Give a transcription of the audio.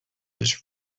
was